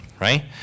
right